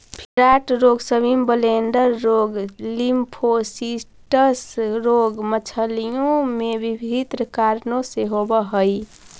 fin rot रोग, swim bladder रोग, lymphocystis रोग मछलियों में विभिन्न कारणों से होवअ हई